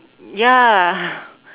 ya